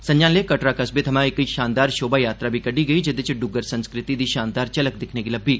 संझा'लै कटरा कस्बे थमां इक शोभा यात्रा बी कड्डी गेई जेहदे च डुग्गर संस्कृति दी शानदार झलक दिक्खने गी लब्बी